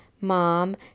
mom